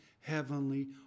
heavenly